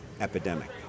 epidemic